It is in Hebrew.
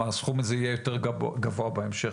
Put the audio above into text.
הסכום הזה גם יהיה יותר גבוה בהמשך,